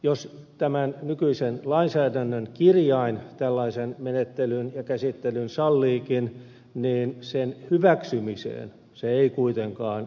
jos tämän nykyisen lainsäädännön kirjain tällaisen menettelyn ja käsittelyn salliikin niin sen hyväksymiseen se ei kuitenkaan velvoita